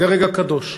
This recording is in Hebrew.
זה רגע קדוש.